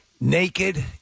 naked